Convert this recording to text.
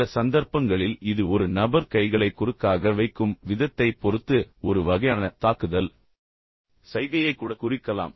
சில சந்தர்ப்பங்களில் இது ஒரு நபர் கைகளைக் குறுக்காக வைக்கும் விதத்தைப் பொறுத்து ஒரு வகையான தாக்குதல் சைகையைக் கூட குறிக்கலாம்